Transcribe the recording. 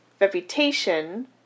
reputation